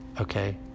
okay